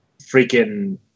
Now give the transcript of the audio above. freaking